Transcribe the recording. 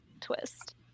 twist